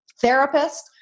therapist